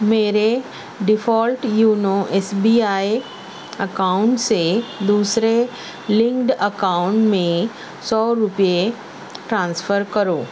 میرے default YONO S B I account سے دوسرے لنکڈ اکاؤن میں سو روپئے ٹرانسفر کرو